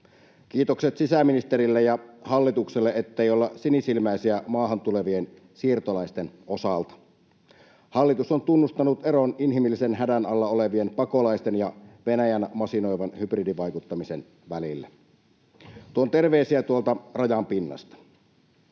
Kiitokset sisäministerille ja hallitukselle, ettei olla sinisilmäisiä maahan tulevien siirtolaisten osalta. Hallitus on tunnustanut eron inhimillisen hädän alla olevien pakolaisten ja Venäjän masinoiman hybridivaikuttamisen välillä. Tuon terveisiä tuolta rajan pinnasta.